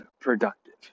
productive